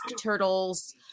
turtles